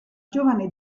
giovane